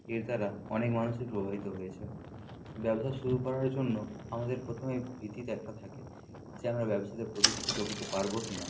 এর দ্বারা অনেক মানুষই প্রভাবিত হয়েছে ব্যবসা শুরু করার জন্য আমাদের প্রথমেই ভীতি তো একটা থাকে যে আমরা ব্যবসাতে প্রতিষ্ঠিত হতে পারবো কি না